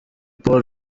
paul